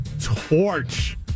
torch